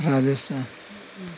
Rajasthan